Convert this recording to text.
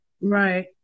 Right